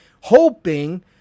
hoping